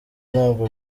ntabwo